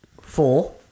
four